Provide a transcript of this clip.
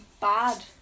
bad